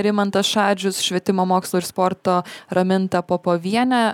rimantas šadžius švietimo mokslo ir sporto raminta popovienė